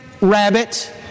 rabbit